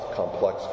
complex